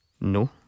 No